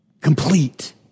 complete